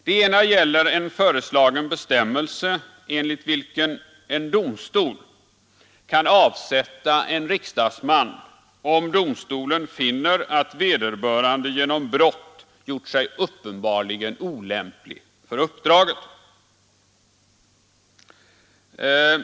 Den ena gäller en föreslagen bestämmelse enligt vilken en domstol kan avsätta en riksdagsman om domstolen finner att vederbörande genom brott gjort sig ”uppenbarligen olämplig för uppdraget”.